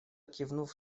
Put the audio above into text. кивнув